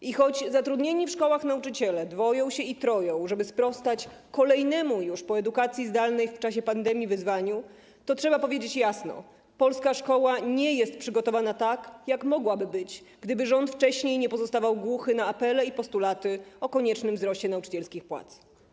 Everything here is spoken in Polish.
I choć zatrudnieni w szkołach nauczyciele dwoją się i troją, żeby sprostać kolejnemu już po edukacji zdalnej w czasie pandemii wyzwaniu, to trzeba powiedzieć jasno: polska szkoła nie jest przygotowana tak, jak mogłaby być, gdyby rząd wcześniej nie pozostawał głuchy na apele i postulaty dotyczące koniecznego wzrostu nauczycielskich płac.